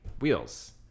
wheels